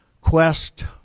quest